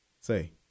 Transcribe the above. say